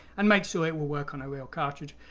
and make sure it will work on a real cartridge.